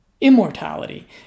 immortality